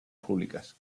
públicas